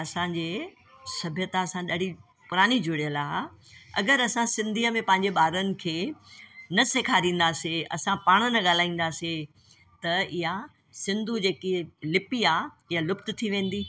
असांजे सभ्यता सां ॾाढी पुराणी जुड़ियलु आहे अगरि असां सिंधीअ में पंहिंजे ॿारनि खे न सेखारींदासीं असां पाण न ॻाल्हाईंदासीं त इहा सिंधू जेकी लिपी आहे इहा लुप्त थी वेंदी